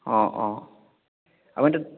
অ' অ' আপুনিটো